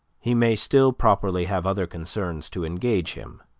he may still properly have other concerns to engage him